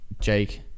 Jake